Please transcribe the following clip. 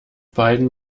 beiden